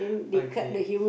okay